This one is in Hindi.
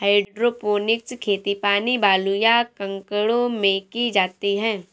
हाइड्रोपोनिक्स खेती पानी, बालू, या कंकड़ों में की जाती है